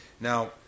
Now